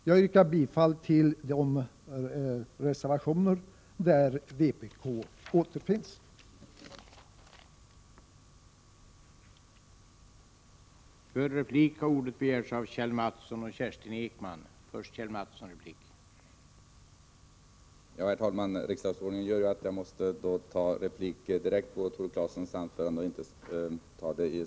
Jag yrkar bifall till de reservationer, som har undertecknats av vpk.